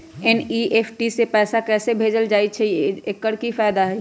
NEFT से पैसा कैसे भेजल जाइछइ? एकर की फायदा हई?